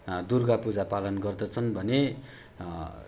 दुर्गा पूजा पालन गर्दछन् भने